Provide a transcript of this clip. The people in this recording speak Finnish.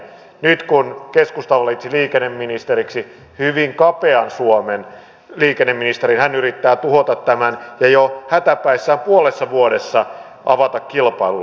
nyt kun keskusta valitsi liikenneministeriksi hyvin kapean suomen liikenneministerin hän yrittää tuhota tämän ja jo hätäpäissään puolessa vuodessa avata kilpailulle